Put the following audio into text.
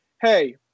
hey